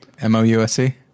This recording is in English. M-O-U-S-E